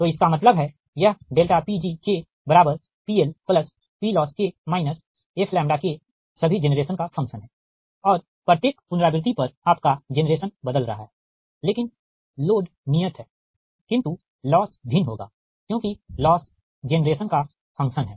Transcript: तो इसका मतलब है यह PgPLPLossK fK सभी जेनरेशन का फंक्शन है और प्रत्येक पुनरावृति पर आपका जेनरेशन बदल रहा है लेकिन लोड नियत है किंतु लॉस भिन्न होगा क्योंकि लॉस जेनरेशन का फंक्शन है